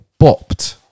bopped